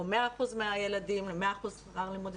או 100% מהילדים 100% שכר לימוד,